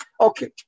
Okay